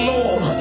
Lord